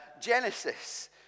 Genesis